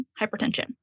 hypertension